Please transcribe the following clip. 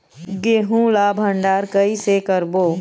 गेहूं ला भंडार कई से करबो?